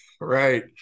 Right